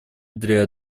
для